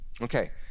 Okay